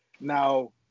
Now